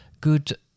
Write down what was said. good